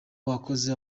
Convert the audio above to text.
uwakoze